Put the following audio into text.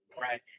Right